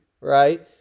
right